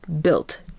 built